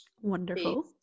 Wonderful